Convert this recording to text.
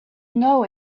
know